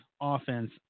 offense